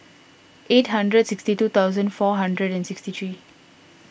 eight hundred sixty two thousand four hundred and sixty three